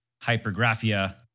hypergraphia